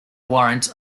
warrants